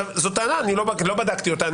זאת טענה, לא בדקתי אותה.